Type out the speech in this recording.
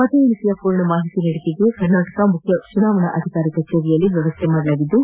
ಮತ ಎಣಿಕೆಯ ಪೂರ್ಣ ಮಾಹಿತಿ ನೀಡಿಕೆಗೆ ರಾಜ್ಯ ಮುಖ್ಯ ಚುನಾವಣಾಧಿಕಾರಿ ಕಚೇರಿಯಲ್ಲಿ ವ್ಯವಸ್ಥೆ ಮಾಡಲಾಗಿದ್ದು